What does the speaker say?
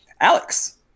Alex